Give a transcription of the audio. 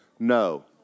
No